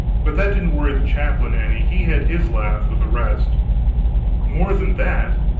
but that didn't worry the chaplain any, he had his laugh with the rest more than that,